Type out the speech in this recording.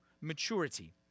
maturity